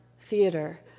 theater